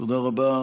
תודה רבה.